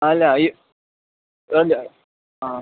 അല്ല ഈ അതല്ല ആ